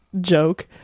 joke